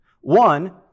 One